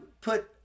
put